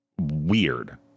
weird